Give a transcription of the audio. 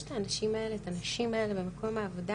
יש את האנשים האלה, את הנשים האלה במקום העבודה